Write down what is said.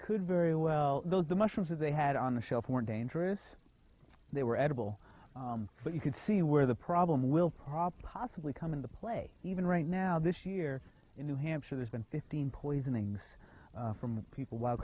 build the mushrooms that they had on the shelf or dangerous they were edible but you could see where the problem will probably possibly come into play even right now this year in new hampshire there's been fifteen poisonings from people while